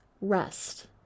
rest